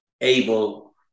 able